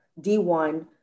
D1